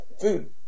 food